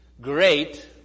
Great